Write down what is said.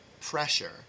pressure